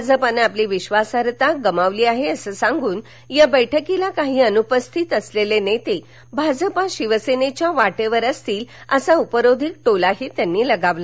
भाजपाने आपली विश्वासार्हता गमावली आहे असं सांगून या बैठकीला काही अनुपस्थित असलेले नेते भाजप शिवसेनेच्या वाटेवर असतील असा उपरोधिक टोलाही त्यांनी लगावला